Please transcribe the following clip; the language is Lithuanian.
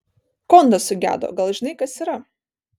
kondas sugedo gal žinai kas yra